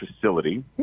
facility